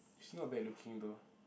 she's not bad looking though